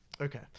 Okay